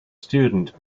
student